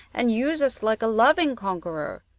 and use us like a loving conqueror.